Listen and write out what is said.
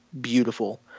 beautiful